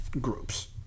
groups